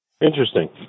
Interesting